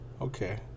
okay